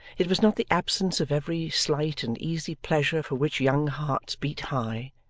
it was not the absence of every slight and easy pleasure for which young hearts beat high,